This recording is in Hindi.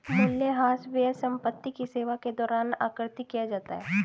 मूल्यह्रास व्यय संपत्ति की सेवा के दौरान आकृति किया जाता है